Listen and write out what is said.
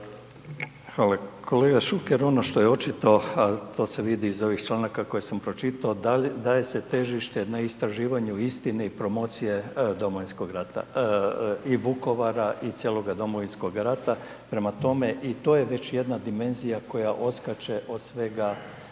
Hvala. Ali, kolega Šuker, ono što je očito, a to se vidi iz ovih članaka koje sam pročitao, daje se težište na istraživanju istine i promocije Domovinskog rata, i Vukovara i cijeloga Domovinskoga rata, prema tome, i to je već jedna dimenzija koja odskače od svega